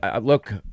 look